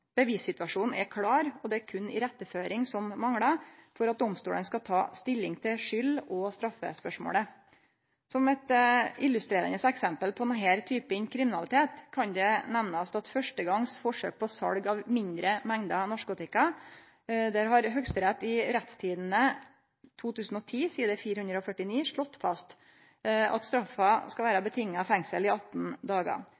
bevissituasjonen er klar, og det er berre iretteføring som manglar for at domstolane skal ta stilling til skyld- og straffespørsmålet. Som eit illustrerande eksempel på denne typen kriminalitet kan det nemnast at når det gjeld første gongs forsøk på sal av mindre mengder narkotika, har Høgsterett i Norsk Retstidende 2010, side 449, slått fast at straffa skal